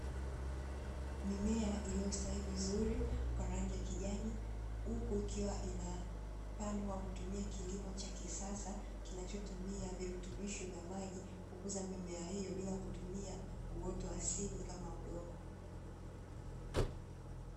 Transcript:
Mimea iliyostawi vizuri kwa rangi ya kijani huku ikiwa inapandwa kwa kutumia kilimo cha kisasa kinachotumia virutubisho vya maji, kukuza mimea hiyo bila kutumia uoto wa asili kama udongo.